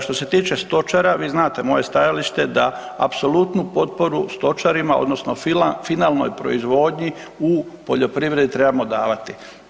Što se tiče stočara, vi znate moje stajalište da apsolutnu potporu stočarima odnosno finalnoj proizvodnji u poljoprivredi trebamo davati.